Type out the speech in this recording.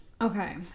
Okay